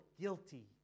guilty